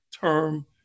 term